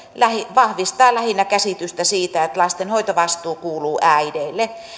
vahvistaa lähinnä käsitystä siitä että lasten hoitovastuu kuuluu äideille